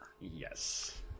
Yes